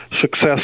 success